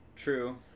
true